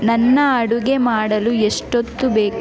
ನನ್ನ ಅಡುಗೆ ಮಾಡಲು ಎಷ್ಟೊತ್ತು ಬೇಕು